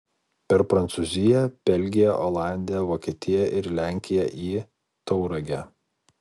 per prancūziją belgiją olandiją vokietiją ir lenkiją į tauragę